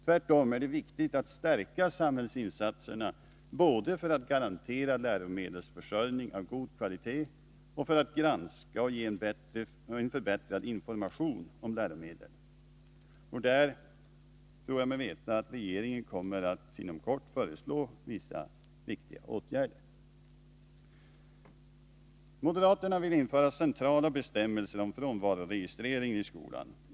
Tvärtom är det viktigt att stärka samhällsinsatserna både för att garantera försörjning av läromedel av god kvalitet och för att granska och ge en förbättrad information om läromedel. Jag tror mig veta att regeringen inom kort kommer att föreslå vissa viktiga åtgärder beträffande detta. Moderaterna vill införa centrala bestämmelser om frånvaroregistreringen i skolan.